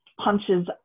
punches